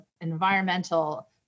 environmental